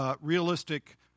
realistic